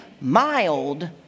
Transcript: mild